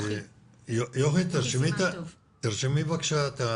יוכי בבקשה.